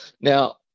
Now